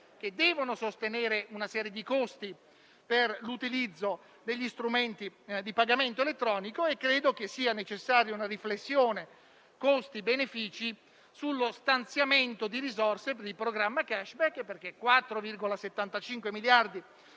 che devono sostenere una serie di costi per l'utilizzo degli strumenti di pagamento elettronico, come credo sia necessaria una riflessione costi-benefici sullo stanziamento di risorse per il programma *cashback*, perché 4,75 miliardi